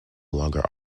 longer